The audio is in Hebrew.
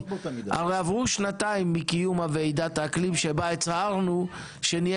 הרי עברו שנתיים מקיום ועידת האקלים שבה הצהרנו שנהיה